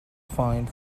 find